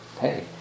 hey